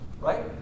Right